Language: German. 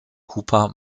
cooper